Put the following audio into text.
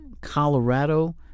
Colorado